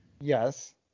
Yes